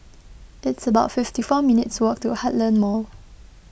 it's about fifty four minutes' walk to Heartland Mall